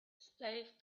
save